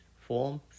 forms